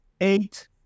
eight